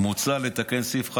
מוצע לתקן את סעיף 11(ה)